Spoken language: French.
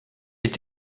est